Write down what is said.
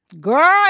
girl